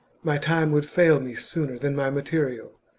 my time would fail me sooner than my material.